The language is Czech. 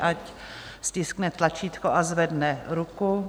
Ať stiskne tlačítko a zvedne ruku.